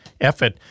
effort